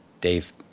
Dave